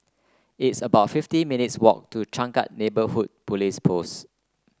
it's about fifty minutes walk to Changkat Neighbourhood Police Post